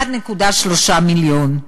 1.3 מיליון.